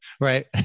Right